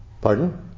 Pardon